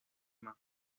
más